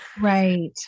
Right